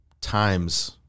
times